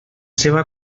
seva